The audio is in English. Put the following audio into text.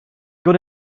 good